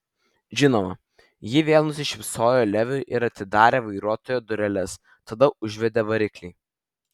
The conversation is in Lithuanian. žinoma ji vėl nusišypsojo leviui ir atidarė vairuotojo dureles tada užvedė variklį